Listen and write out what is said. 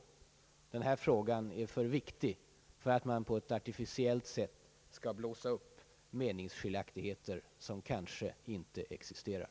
Det problem det här gäller är alltför viktigt för att man på ett konstlat sätt skall blåsa upp meningsskiljaktigheter som kanske inte existerar.